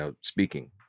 speaking